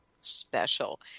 special